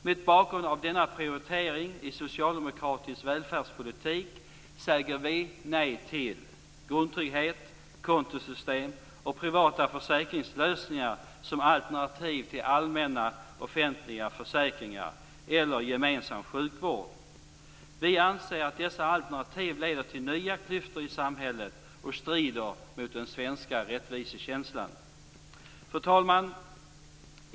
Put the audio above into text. Mot bakgrund av denna prioritering i socialdemokratisk välfärdspolitik, säger vi nej till grundtrygghet, kontosystem och privata försäkringslösningar som alternativ till allmänna, offentliga försäkringar eller gemensam sjukvård. Vi anser att dessa alternativ leder till nya klyftor i samhället och strider mot den svenska rättvisekänslan. Fru talman!